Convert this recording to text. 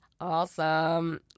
awesome